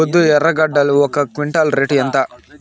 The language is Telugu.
ఈపొద్దు ఎర్రగడ్డలు ఒక క్వింటాలు రేటు ఎంత?